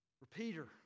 Repeater